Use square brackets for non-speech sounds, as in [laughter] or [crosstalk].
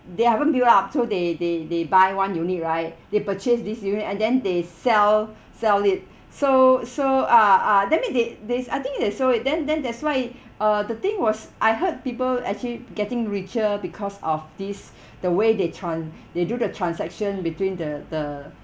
they haven't build up so they they they buy one unit right they purchase this unit and then they sell [breath] sell it [breath] so so uh uh that mean they they I think they sold it then then that's why [breath] uh the thing was I heard people actually getting richer because of this [breath] the way they tran~ [breath] they do the transaction between the the